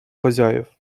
хозяев